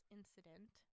incident